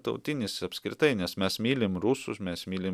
tautinis apskritai nes mes mylim rusus mes mylim